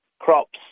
crops